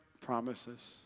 promises